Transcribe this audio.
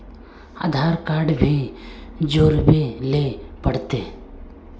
आधार card भी जोरबे ले पड़ते?